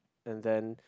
and then